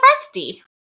rusty